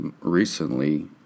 recently